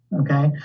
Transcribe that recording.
okay